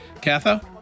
Katha